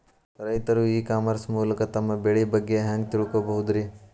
ರೈತರು e commerce ಮೂಲಕ ತಮ್ಮ ಬೆಳಿ ಬಗ್ಗೆ ಹ್ಯಾಂಗ ತಿಳ್ಕೊಬಹುದ್ರೇ?